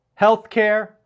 healthcare